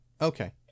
Okay